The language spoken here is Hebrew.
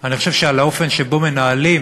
אני חושב שעל האופן שבו מנהלים